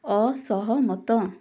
ଅସହମତ